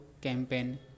campaign